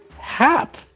Hap